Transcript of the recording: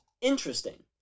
interesting